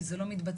כי זה לא מתבצע.